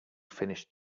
finished